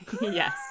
yes